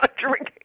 drinking